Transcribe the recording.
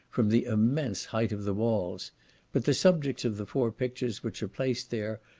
from the immense height of the walls but the subjects of the four pictures which are placed there,